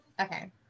Okay